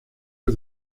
for